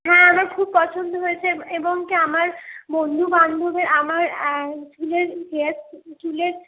হ্যাঁ আমার খুব পছন্দ হয়েছে এবং কি আমার বন্ধু বান্ধবী আমার চুলের হেয়ার চুলের